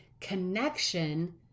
connection